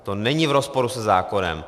To není v rozporu se zákonem.